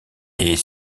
est